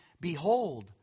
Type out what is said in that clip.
Behold